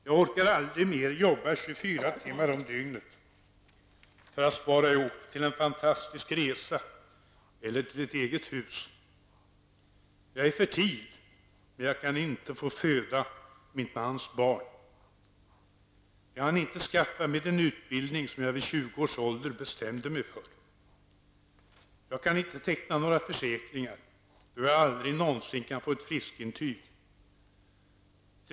Jag orkar aldrig mer jobba 24 timmar om dygnet för att spara ihop till en fantastisk resa eller till ett eget hus! Jag är fertil, men jag får inte föda min mans barn! Jag hann inte skaffa mig den utbildning som jag vid 20 års ålder bestämde mig för! Jag kan inte teckna några försäkringar, då jag aldrig någonsin kan få ett friskintyg.